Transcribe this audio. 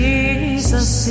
Jesus